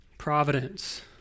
providence